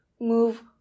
move